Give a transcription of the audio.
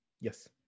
Yes